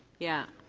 yeah.